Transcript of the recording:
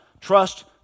trust